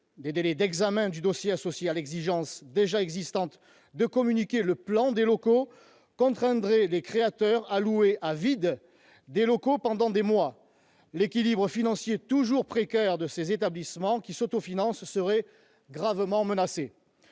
des délais d'examen du dossier, associé à l'obligation, déjà en vigueur, de communiquer le plan des locaux, contraindrait les créateurs à louer des locaux vides pendant des mois. L'équilibre financier toujours précaire de ces établissements, qui s'autofinancent, serait gravement menacé.